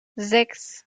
sechs